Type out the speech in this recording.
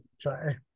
try